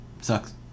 Sucks